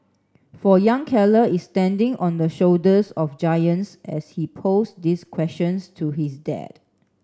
for young Keller is standing on the shoulders of giants as he posed these questions to his dad